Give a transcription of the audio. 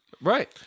right